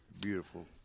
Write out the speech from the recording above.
beautiful